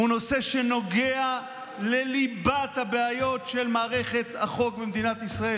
הוא נושא שנוגע לליבת הבעיות של מערכת החוק במדינת ישראל,